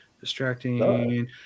distracting